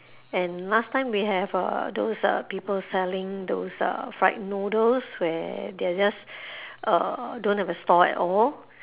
and last time we have uh those uh people selling those uh fried noodles where they're just uh don't have a stall at all